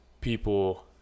people